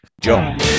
John